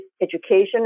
education